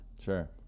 Sure